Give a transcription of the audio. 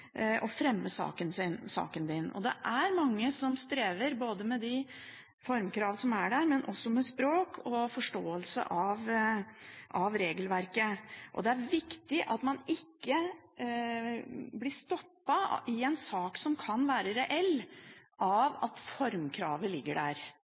fremme saken din. Det er mange som strever både med de formkrav som er der, og med språk og forståelse av regelverket. Det er viktig at man i en sak som kan være reell,